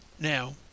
Now